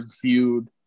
feud